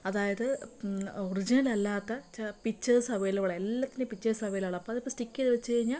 അതായത് ഒർജിനൽ അല്ലാത്ത പിക്ച്ചേഴ്സ് അവൈലബിളാ എല്ലാത്തിൻ്റെയും പിക്ച്ചേഴ്സ് അവൈലബിളാ അപ്പോൾ അത് സ്റ്റിക് ചെയ്ത് വെച്ചു കഴിഞ്ഞാൽ